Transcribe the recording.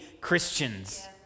Christians